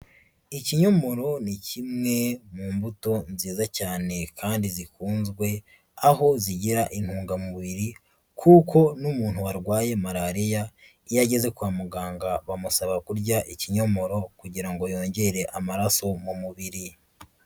Ikinyomoro ni kimwe mu mbuto nziza cyane kandi zikunzwe, aho zigira intungamubiri kuko n'umuntu warwaye Malariya iyo ageze kwa muganga bamusaba kurya ikinyomoro kugira ngo yongere amaraso mu mubiri.